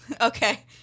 Okay